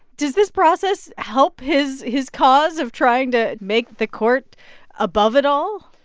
does this process help his his cause of trying to make the court above it all?